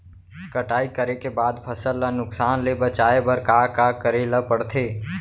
कटाई करे के बाद फसल ल नुकसान ले बचाये बर का का करे ल पड़थे?